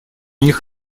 них